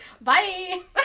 Bye